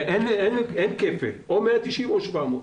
כן, אין כפל: או 190 שקל או 700 שקל.